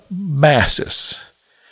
masses